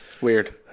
Weird